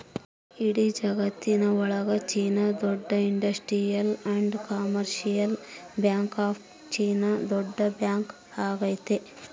ಇಡೀ ಜಗತ್ತಿನ ಒಳಗ ಚೀನಾ ದೇಶದ industrial and commercial bank of China ದೊಡ್ಡ ಬ್ಯಾಂಕ್ ಆಗೈತೆ